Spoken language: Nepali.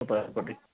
तपाईँहरूपट्टि